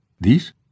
These